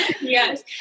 yes